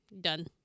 Done